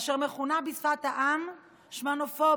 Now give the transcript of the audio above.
אשר מכונה בשפת העם "שמנופוביה",